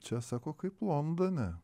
čia sako kaip londone